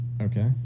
Okay